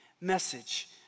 message